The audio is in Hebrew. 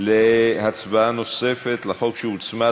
להצבעה נוספת על החוק שהוצמד,